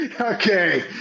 Okay